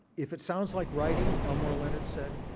if it sounds like writing, elmore leonard said,